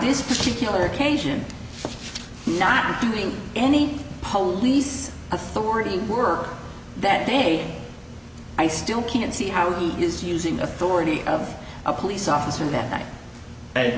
this particular occasion for not doing any police authority work that day i still can't see how he is using authority of a police officer that night and